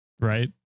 right